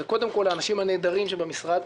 הן קודם כל לאנשים הנהדרים שבמשרד.